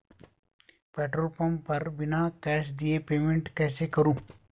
Petrol pump पर बिना cash दिए पेमेंट कैसे करूँ?